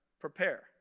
prepare